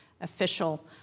official